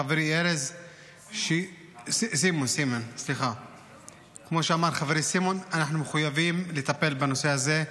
חברי סימון, אנחנו מחויבים לטפל בנושא הזה.